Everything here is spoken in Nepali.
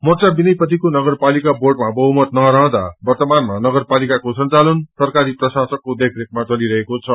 मोर्चा विनय मंथीको नगरपालिका बोडमा बहुमत नरहँदा वर्तमानामा नगर पालिाकाको संचालन सरकारी प्रशासकको देखरेखमा चलिरहेको छ